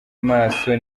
maso